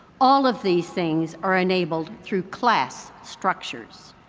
all of these things are enabled through class structures.